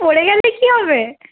পড়ে গেলে কি হবে